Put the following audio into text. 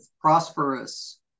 prosperous